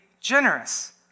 generous